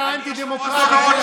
אבל תבוא עם הדגל.